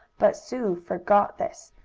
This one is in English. but sue forgot this,